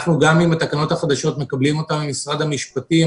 אנחנו מקבלים את התקנות החדשות ממשרד המשפטים,